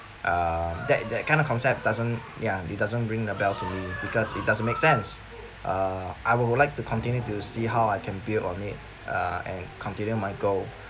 uh that that kind of concept doesn't ya it doesn't ring a bell to me because it doesn't make sense uh I would like to continue to see how I can build on it uh and continue my goal